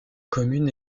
commune